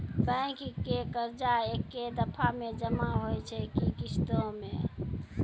Bank के कर्जा ऐकै दफ़ा मे जमा होय छै कि किस्तो मे?